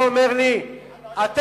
יש ועדת חריגים,